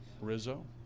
Rizzo